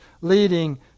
leading